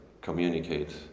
communicate